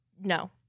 No